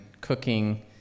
cooking